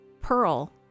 Pearl